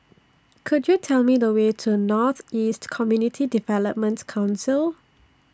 Could YOU Tell Me The Way to North East Community Developments Council